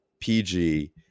PG